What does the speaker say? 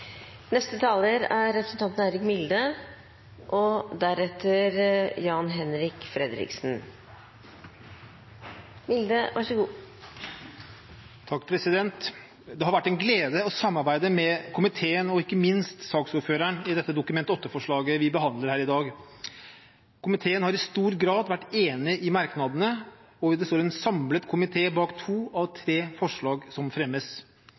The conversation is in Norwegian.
Det har vært en glede å samarbeide med komiteen og ikke minst saksordføreren om dette Dokument 8-forslaget vi behandler her i dag. Komiteen har i stor grad vært enig i merknadene, og det står en samlet komité bak to av tre forslag som fremmes.